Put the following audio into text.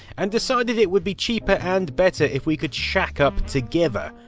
and decided it would be cheaper, and better if we could shack up together.